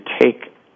take